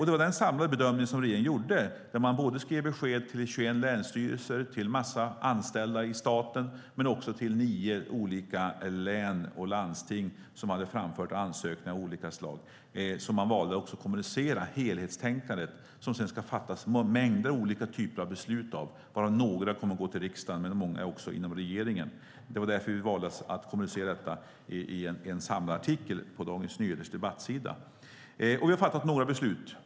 Det var den samlade bedömning regeringen gjorde. Man skrev besked till 21 länsstyrelser och en massa anställda i staten men också till nio olika län och landsting som hade framfört ansökningar av olika slag. Vi valde att också kommunicera helhetstänkandet när det sedan ska fattas mängder av olika typer av beslut. Några kommer att gå till riksdagen, men många kommer att fattas inom regeringen. Det var därför vi valde att kommunicera detta i en samlad artikel på Dagens Nyheters debattsida. Vi har fattat några beslut.